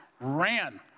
Ran